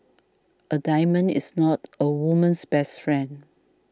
a diamond is not a woman's best friend